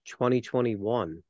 2021